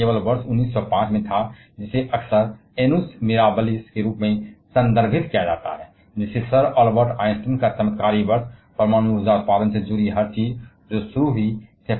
लेकिन यह केवल इस वर्ष 1905 में था जिसे अक्सर एनुस मिराबालिस के रूप में संदर्भित किया जाता है यह सर अल्बर्ट आइंस्टीन का चमत्कारी वर्ष है कि परमाणु ऊर्जा उत्पादन से जुड़ी हर चीज जो शुरू हुई